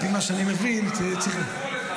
על פי מה שאני מבין --- מה כתבו לך,